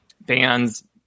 bands